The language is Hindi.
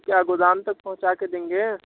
क्या गोदाम तक पहुँचा के देंगे